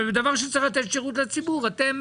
אבל בדבר שצריך לתת שירות לציבור אתם